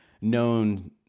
known